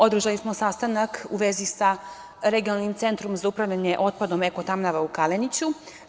Održali smo sastanak u vezi sa Regionalnim centrom za upravljanje otpadom "EKO-TAMNAVA" u Kaleniću.